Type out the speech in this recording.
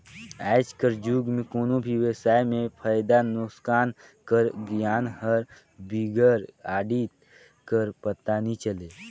आएज कर जुग में कोनो भी बेवसाय में फयदा नोसकान कर गियान हर बिगर आडिट कर पता नी चले